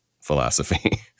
philosophy